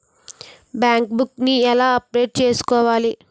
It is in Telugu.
బ్యాంక్ బుక్ నీ ఎలా అప్డేట్ చేసుకోవాలి?